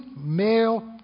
male